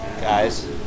Guys